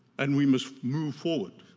and we must move forward.